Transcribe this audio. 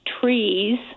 trees